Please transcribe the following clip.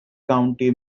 county